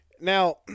Now